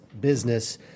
business